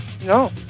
No